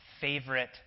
favorite